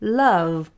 love